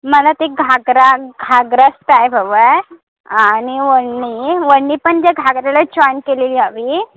मला ते घागरा घागराच टायप हवाय आणि ओढणी ओढणी पण ज्या घागऱ्याला जॉईन केलेली हवी